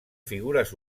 figures